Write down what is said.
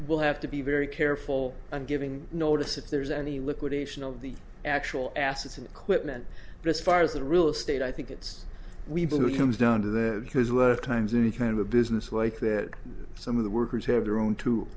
we'll have to be very careful and giving notice if there's any liquidation of the actual assets and equipment but as far as the real estate i think it's weevil who comes down to the because a lot of times in kind of a business like that some of the workers have their own to